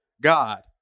God